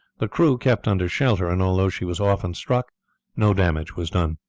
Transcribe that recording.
the crew kept under shelter, and although she was often struck no damage was done.